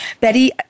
Betty